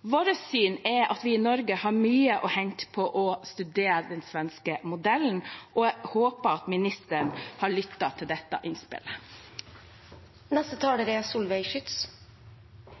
Vårt syn er at vi i Norge har mye å hente på å studere den svenske modellen, og jeg håper at ministeren har lyttet til dette innspillet. Tradisjons- og håndverksfagene er